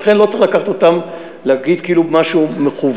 לכן לא צריך להגיד כאילו היה פה משהו מכוון.